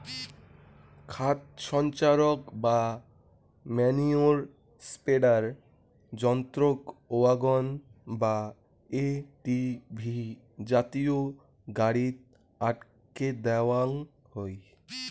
খাদ সঞ্চারক বা ম্যনিওর স্প্রেডার যন্ত্রক ওয়াগন বা এ.টি.ভি জাতীয় গাড়িত আটকে দ্যাওয়াং হই